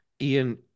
Ian